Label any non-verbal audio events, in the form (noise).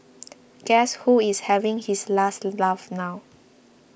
(noise) guess who is having his last laugh now